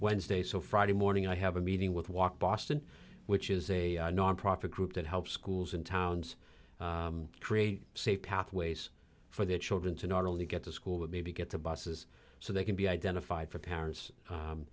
wednesday so friday morning i have a meeting with walk boston which is a nonprofit group that helps schools in towns create safe pathways for their children to not only get to school but maybe get the buses so they can be identified for parents